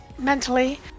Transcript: mentally